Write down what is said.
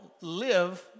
live